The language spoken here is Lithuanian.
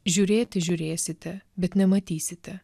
žiūrėti žiūrėsite bet nematysite